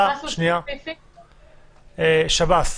שב"ס,